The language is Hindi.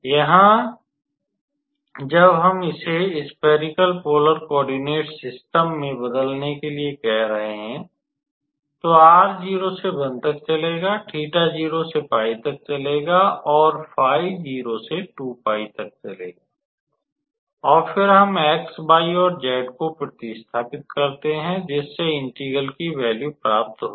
यहाँ जब हम इसे स्फेरिकल पोलर कोओर्डिनट सिस्टम में बदलने के लिए कह रहे हैं तो r 0 से 1 तक चलेगा 𝜃 0 से 𝜋 तक चलेगा और 𝜑 0 से 2𝜋 तक चलेगा और फिर हम x y और z को प्र्तिस्थापित करते हैं जिससे इंटेग्रल की वैल्यू प्राप्त होगी